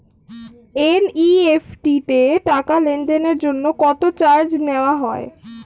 NEFT তে টাকা লেনদেনের জন্য কত চার্জ নেয়া হয়?